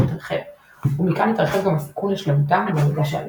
התרחב ומכאן התרחב גם הסיכון לשלמותם ולמידע שעליהם.